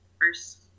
first